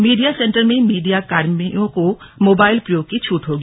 media centre में media कर्मियों को मोबाइल प्रयोग की छूट होगी